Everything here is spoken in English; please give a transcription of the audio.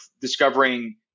discovering